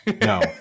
no